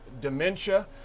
dementia